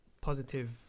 positive